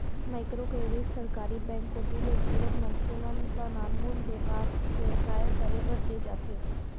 micro credit सरकारी bank कोती ले घलोक मनखे मन ल नानमुन बेपार बेवसाय करे बर देय जाथे